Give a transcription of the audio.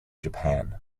japan